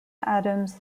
adams